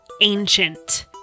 ancient